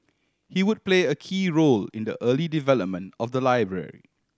he would play a key role in the early development of the library